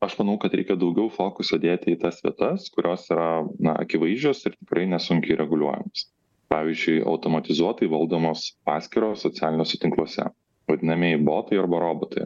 aš manau kad reikia daugiau fokuso dėti į tas vietas kurios yra na akivaizdžios ir tikrai nesunkiai reguliuojamos pavyzdžiui automatizuotai valdomos paskyros socialiniuose tinkluose vadinamieji botai arba robotai